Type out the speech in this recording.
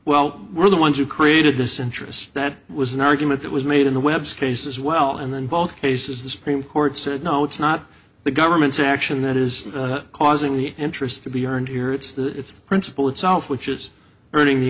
well we're the ones who created this interest that was an argument that was made in the webspace as well and then both cases the supreme court said no it's not the government's action that is causing the interest to be earned here it's the principle itself which is earning the